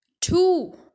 two